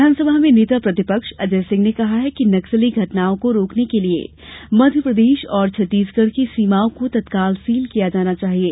विधानसभा में नेता प्रतिपक्ष अजय सिंह ने कहा है कि नक्सली घटनाओं को रोकने के लिए मध्यप्रदेश और छत्तसीगढ़ की सीमाओं को तत्काल सील किया जाना चाहिये